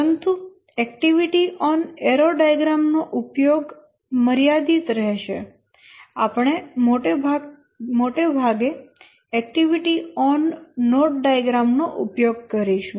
પરંતુ activity on arrow diagram નો ઉપયોગ મર્યાદિત રહેશે આપણે મોટે ભાગે એક્ટિવિટી ઓન નોડ ડાયાગ્રામ નો ઉપયોગ કરીશું